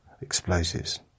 explosives